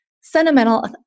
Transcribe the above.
sentimental